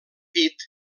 pit